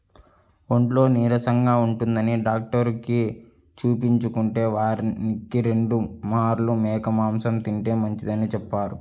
ఒంట్లో నీరసంగా ఉంటందని డాక్టరుకి చూపించుకుంటే, వారానికి రెండు మార్లు మేక మాంసం తింటే మంచిదని చెప్పారు